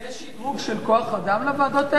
יש שדרוג של כוח-אדם לוועדות האלה?